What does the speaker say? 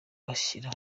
bashyira